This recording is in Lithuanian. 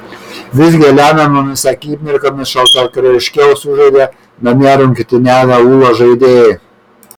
visgi lemiamomis akimirkomis šaltakraujiškiau sužaidė namie rungtyniavę ūlos žaidėjai